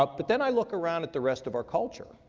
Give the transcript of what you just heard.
ah but then i look around at the rest of our culture